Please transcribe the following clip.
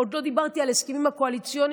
עוד לא דיברתי על ההסכמים הקואליציוניים,